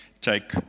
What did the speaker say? take